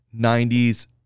90s